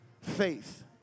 faith